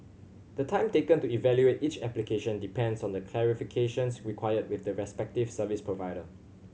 the time taken to evaluate each application depends on the clarifications required with the respective service provider